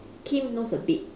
kim knows a bit